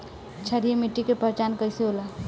क्षारीय मिट्टी के पहचान कईसे होला?